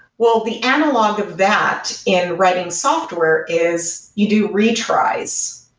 well, the analog of that in writing software is you do retries.